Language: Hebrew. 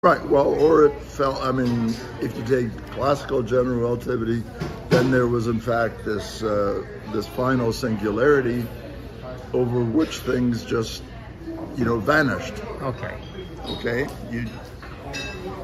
נכון, טוב, או שזה נפל, אני מתכוון, אם אתה לוקח את תורת היחסות הכללית הקלאסית, אז הייתה למעשה הייחודיות הסופית הזו שדברים פשוט נעלמו מעליה.